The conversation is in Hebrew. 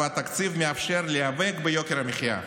והתקציב מאפשר להיאבק ביוקר המחיה.